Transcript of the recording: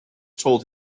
told